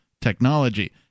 technology